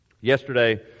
Yesterday